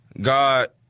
God